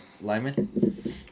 lineman